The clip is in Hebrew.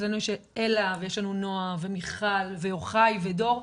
אצלנו יש אלה ונועה ומיכל ויוחאי ודור,